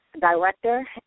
director